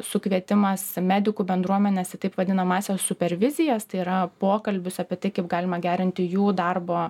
sukvietimas medikų bendruomenės į taip vadinamąsias supervizijas tai yra pokalbius apie tai kaip galima gerinti jų darbo